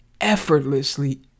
effortlessly